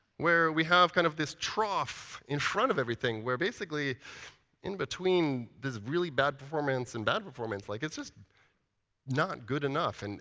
where we have kind of this trough in front of everything, where basically in between this is really bad performance and bad performance, like it's just not good enough. and